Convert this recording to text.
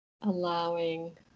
allowing